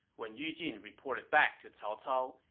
when yu jin reported back to cao cao,